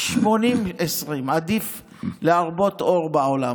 לא, 20:80. עדיף להרבות אור בעולם.